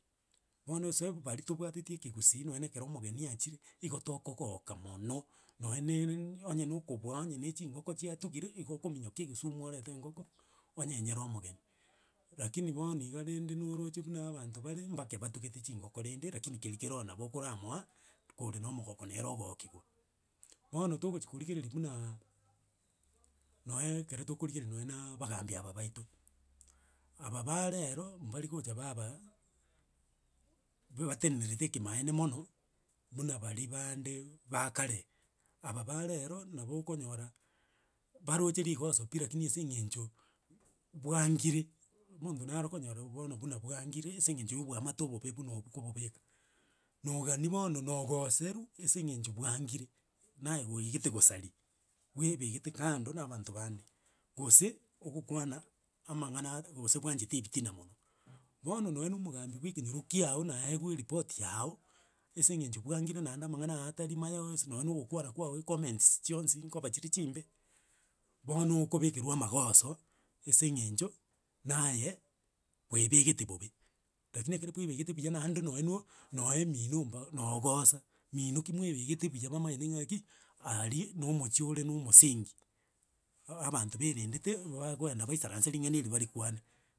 Bono osoe bu bari tobwateti ekegusii nonye ekero omogeni aachire, igo togoka mono, nonyeee onye na okobua onye na echingoko chiatugire, igo okominyoka egesumu orete engoko, onyenyere omogeni. Rakini bono iga rende noroche buna abanto bare, mbake batugete chingoko rende rakini keri keroo nabo okoramoa, kore na omogoko nere ogokiwa. Bono togochia korigereria bunaaa nonye ekere tokorigereria nonye na abagambi aba baito, aba barero, barigocha baba, bu- batenenerete ekemaene mono, buna bari baande ba kare. Aba ba rero nabo okonyora, baroche rigoso pi lakini ase eng'encho, bwangire omonto nare okonyora bono buna bwangire, ase eng'encho ya obwamate obobe buna obwo kobobeka, nogania bono na ogoserwa ase eng'encho bwangire, naye gwaigete gosaria. Bwebegete kando na abanto bande, gose ogokwana amang'ana gose bwanchete ebitina mono, bono nonye na omogambi bwa ekenyoro kiago naewa eripoti yago, ase eng'encho bwangire naende amang'ana ago atari maya, yonsi nonye na ogokwana kwago ikomentsi chionsi nkoba chire chimbe, bono okobekerwa amagoso ase eng'encho naye kwaebegete bobe. Rakini ekero kwebegete buya naende nonye no nonye mino mba na ogosa, mino ki mwebegete buya bamaete ng'aki, aria na omochio ore na omosingi, abanto baerendete bakoenda baisaranse ring'ana eri barikwane.